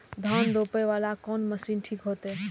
धान रोपे वाला कोन मशीन ठीक होते?